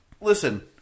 Listen